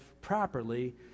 properly